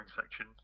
section